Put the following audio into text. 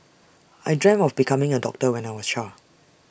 I dreamt of becoming A doctor when I was A child